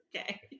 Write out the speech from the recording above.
Okay